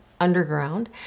underground